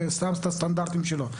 ושם את הסטנדרטים שלו.